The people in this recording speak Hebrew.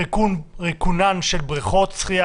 לא שקל אחד מעיריית רמת גן או ממדינת ישראל בעבור הפעילות השוטפת שלו.